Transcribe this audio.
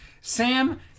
sam